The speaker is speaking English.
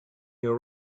your